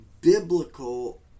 biblical